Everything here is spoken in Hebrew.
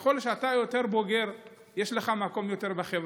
ככל שאתה יותר בוגר יש לך יותר מקום בחברה,